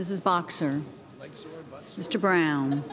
this is boxer mr brown